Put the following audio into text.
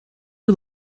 you